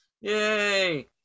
yay